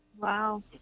Wow